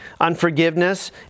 Unforgiveness